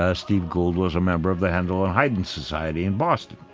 ah steve gould was a member of the handel and haydn society in boston.